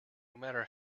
matter